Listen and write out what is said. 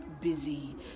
busy